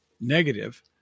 negative